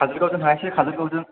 खाजलगाव जों थांनायसै खाजलगावजों